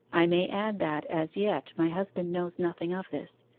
i may add that, as yet, my husband knows nothing of this,